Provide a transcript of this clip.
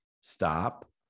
stop